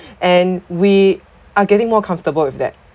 and we are getting more comfortable with that